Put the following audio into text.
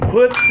put